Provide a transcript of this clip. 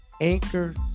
Anchor